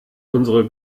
unsere